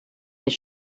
his